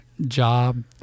job